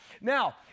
now